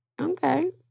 okay